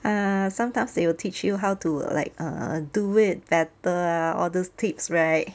ah sometimes they will teach you how to like err do it better ah all those tips right